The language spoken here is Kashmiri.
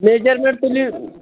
میجَرمٮ۪نٛٹ تُلِو